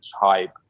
hype